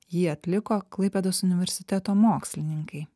jį atliko klaipėdos universiteto mokslininkai